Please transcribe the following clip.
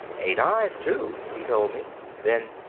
eight eyes too, he told me. then,